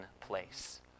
place